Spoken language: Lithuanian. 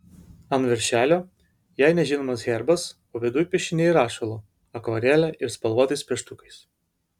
ant viršelio jai nežinomas herbas o viduj piešiniai rašalu akvarele ir spalvotais pieštukais